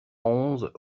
onze